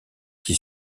qui